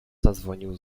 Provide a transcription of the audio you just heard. zadzwonił